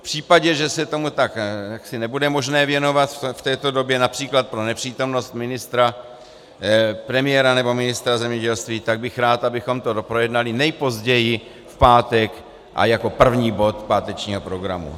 V případě, že se tomu nebude možné věnovat v této době, např. pro nepřítomnost ministra, premiéra nebo ministra zemědělství, tak bych rád, abychom to projednali nejpozději v pátek jako první bod pátečního programu.